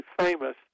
famous